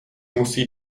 musí